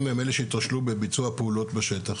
הם אלו שהתרשלו בביצוע הפעולות בשטח.